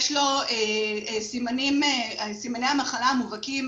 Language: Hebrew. יש לו סימני מחלה מובהקים,